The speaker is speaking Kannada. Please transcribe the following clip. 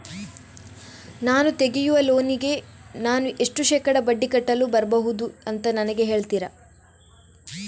ನಾನು ತೆಗಿಯುವ ಲೋನಿಗೆ ನಾನು ಎಷ್ಟು ಶೇಕಡಾ ಬಡ್ಡಿ ಕಟ್ಟಲು ಬರ್ಬಹುದು ಅಂತ ನನಗೆ ಹೇಳ್ತೀರಾ?